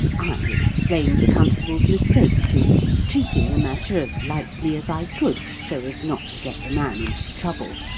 i explained the constable's mistake to them, treating the matter as lightly as i could, so as not to get the man into trouble,